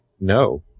No